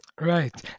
Right